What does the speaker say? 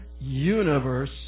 universe